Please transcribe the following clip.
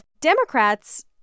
Democrats